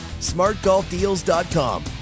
smartgolfdeals.com